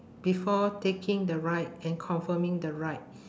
before taking the ride and confirming the ride